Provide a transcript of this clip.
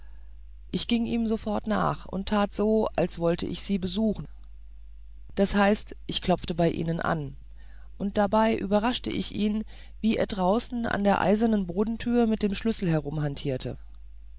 ich ging ihm sofort nach und tat so als wollte ich sie besuchen das heißt ich klopfte bei ihnen an und dabei überraschte ich ihn wie er draußen an der eisernen bodentür mit einem schlüssel